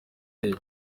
day